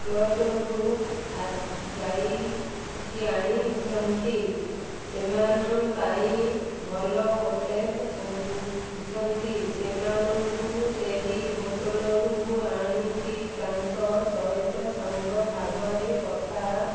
ପ୍ଲଟରୁ ଆସି ଯାଇକି ଆଣିଛନ୍ତି ସେମାନ ପାଇଁ ଭଲ ହୋଟେଲ ବୁଝନ୍ତି ସେମାନଙ୍କୁ ସେହି ହୋଟେଲରୁ ଆଣିକି ତାଙ୍କ ସହିତ ସାଙ୍ଗ ଭାବରେ କଥା